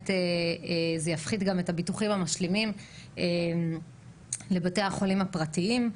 זה יפחית גם את הביטוחים המשלימים לבתי החולים הפרטיים.